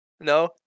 No